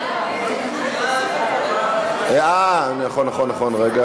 ההצעה להעביר את הצעת חוק הצהרת הון של בעלי